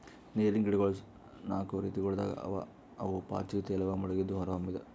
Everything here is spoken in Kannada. ನೀರಿನ್ ಗಿಡಗೊಳ್ ನಾಕು ರೀತಿಗೊಳ್ದಾಗ್ ಅವಾ ಅವು ಪಾಚಿ, ತೇಲುವ, ಮುಳುಗಿದ್ದು, ಹೊರಹೊಮ್ಮಿದ್